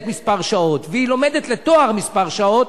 מספר של שעות ולומדת לתואר מספר של שעות,